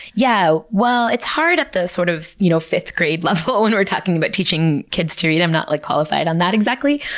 yeah well it's hard at the sort of you know fifth-grade level when we're talking about teaching kids to read. i'm not like qualified on that exactly.